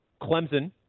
Clemson